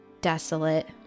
desolate